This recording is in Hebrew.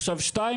עכשיו דבר שני,